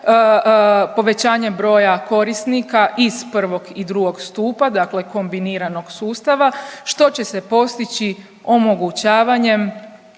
povećanje broja korisnika iz I. i II. stupa dakle kombiniranog sustava što će se postići omogućavanjem